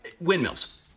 Windmills